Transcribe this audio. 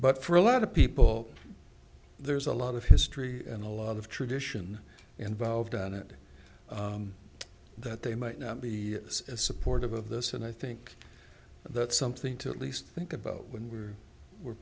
but for a lot of people there's a lot of history and a lot of tradition involved on it that they might not be as supportive of this and i think that's something to at least think about when we were